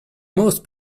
most